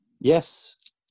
yes